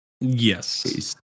Yes